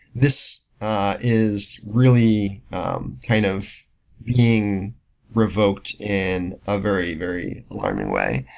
this is really kind of being revoked in a very, very alarming way.